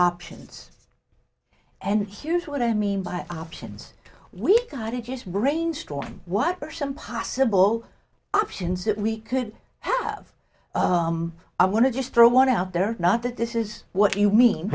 options and here's what i mean by options we've got it just brainstorm what are some possible options that we could have i want to just throw one out there not that this is what you mean